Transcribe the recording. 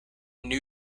new